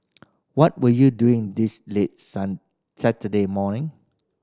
what were you doing this late sun Saturday morning